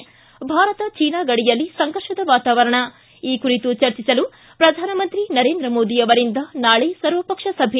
Bharat China ಗಡಿಯಲ್ಲಿ ಸಂಘರ್ಷದ ವಾತಾವರಣ ಈ ಕುರಿತು ಚರ್ಚಿಸಲು ಪ್ರಧಾನಮಂತ್ರಿ ನರೇಂದ್ರ ಮೋದಿ ಅವರಿಂದ ನಾಳೆ ಸರ್ವಪಕ್ಷ ಸಭೆ